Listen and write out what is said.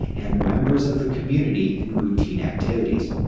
and members of the community in routine activities.